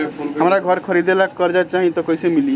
हमरा घर खरीदे ला कर्जा चाही त कैसे मिली?